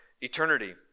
eternity